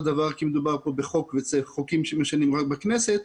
דבר כי מדובר כאן בחוק וחוקים משנים רק בכנסת.